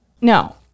no